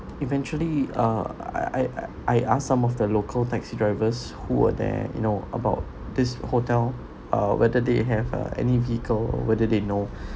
eventually uh I I I ask some of the local taxi drivers who were there you know about this hotel uh whether they have uh any vehicle whether they know